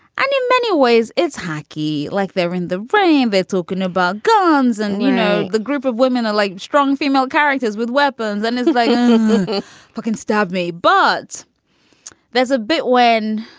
and in many ways, it's hockey. like they're in the rain. they're talking about guns. and, you know, the group of women are like strong female characters with weapons and they like but can stab me. but there's a bit when